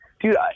dude